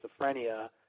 schizophrenia